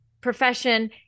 profession